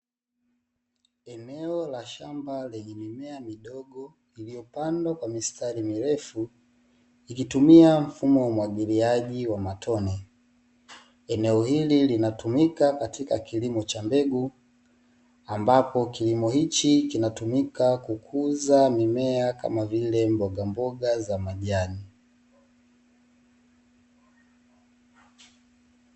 Eneo la shamba lenye mimea midogo iliyopandwa kwenye mistari mirefu, likitumia mfumo wa umwagiliaji wa matone. Eneo hili linatumika katika kilimo cha mbegu, ambapo kilimo hichi kinatumika kukuza mimea kama vile; mbogamboga za majani.